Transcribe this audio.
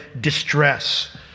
distress